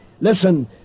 Listen